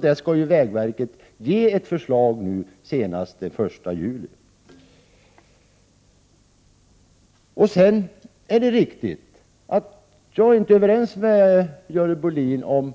Där skall vägverket ge ett förslag senast den 1 juli. Det är riktigt att jag inte är överens med Görel Bohlin om